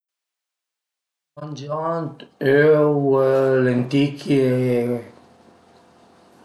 Mangiant öu lenticchie